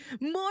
More